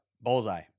bullseye